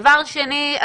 דבר שני,